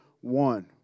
one